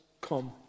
come